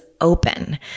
Open